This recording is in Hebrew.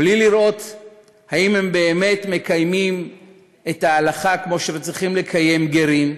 בלי לראות אם הם באמת מקיימים את ההלכה כפי שצריכים לקיים גרים,